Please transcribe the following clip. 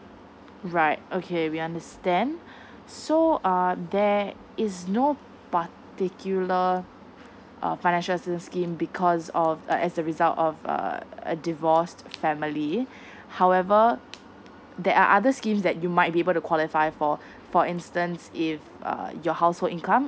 right okay we understand so um there is no particular uh financial scheme because of as a result of err divorced family however there are other schemes that you might be able to qualify for for instance if uh your household income